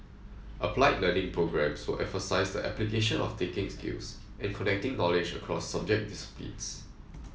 applied learning programmes will emphasise the application of thinking skills and connecting knowledge across subject disciplines